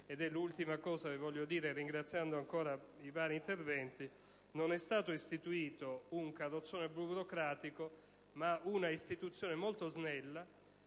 - è l'ultima cosa che vi voglio dire ringraziando ancora i vari interventi - non è stato istituito un carrozzone burocratico, ma un'istituzione molto snella